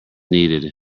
needed